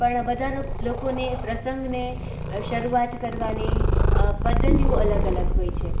પણ બધા લોકોને પ્રસંગને શરૂઆત કરવાની પદ્ધતિઓ અલગ અલગ હોય છે